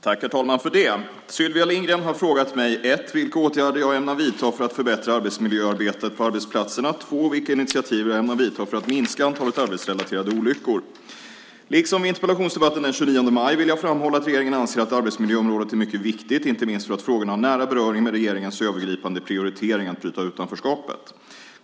Herr talman! Sylvia Lindgren har frågat mig 1. vilka åtgärder jag ämnar vidta för att förbättra arbetsmiljöarbetet på arbetsplatserna, 2. vilka initiativ jag ämnar vidta för att minska antalet arbetsrelaterade olyckor. Liksom vid interpellationsdebatten den 29 maj vill jag framhålla att regeringen anser att arbetsmiljöområdet är mycket viktigt, inte minst för att frågorna har nära beröring med regeringens övergripande prioritering - att bryta utanförskapet.